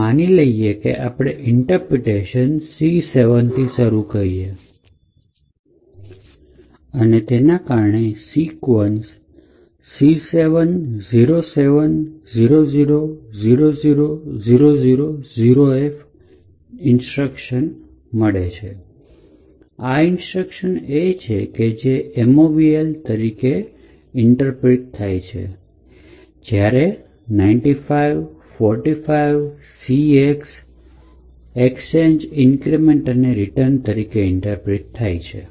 ચાલે હવે આપણે માનીએ છીએ કે આપણે ઇન્ટરપ્રિટેશન c7 થી શરૂ કરીએ છીએ અને તેના કારણે sequence C7070000000F ઇન્સ્ટ્રક્શન થાય છે આ ઇન્સ્ટ્રક્શન છે જે movl તરીકે interpret થાય છે જ્યારે 9545C3 XCHG increment and return તરીકે interpret થાય